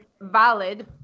valid